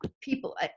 people